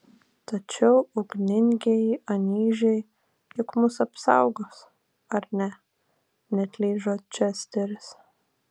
tačiau ugningieji anyžiai juk mus apsaugos ar ne neatlyžo česteris